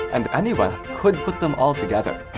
and anyone could put them all together.